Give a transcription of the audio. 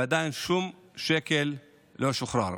ועדיין שום שקל לא שוחרר.